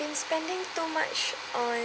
been spending too much on